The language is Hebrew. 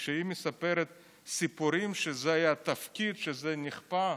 וכשהיא מספרת שזה היה תפקיד שנכפה,